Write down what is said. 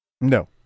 No